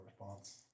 response